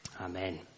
Amen